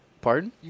Pardon